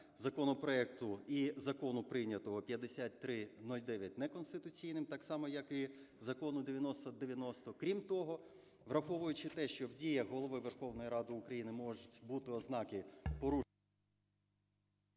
законопроекту і Закону, прийнятого, 5309 неконституційним так само, як і Закону 9090. Крім того, враховуючи те, що в діях Голови Верховної Ради України можуть бути ознаки...